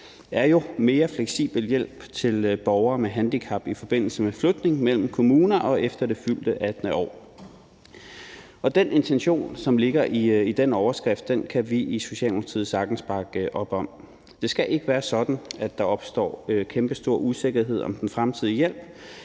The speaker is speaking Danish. er: mere fleksibel hjælp til borgere med handicap i forbindelse med flytning mellem kommuner og efter det fyldte 18. år. Den intention, som ligger i den overskrift, kan vi i Socialdemokratiet sagtens bakke op om. Det skal ikke være sådan, at der opstår kæmpestor usikkerhed om den fremtidige hjælp,